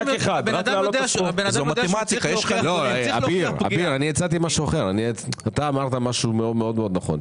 אביר, אתה אמרת משהו מאוד מאוד נכון.